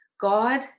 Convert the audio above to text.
God